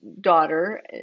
daughter